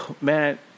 man